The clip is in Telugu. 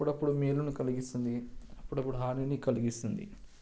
అప్పుడప్పుడు మేలును కలిగిస్తుంది అప్పుడప్పుడు హానిని కలిగిస్తుంది